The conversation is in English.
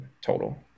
total